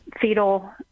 fetal